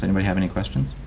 anybody have any questions?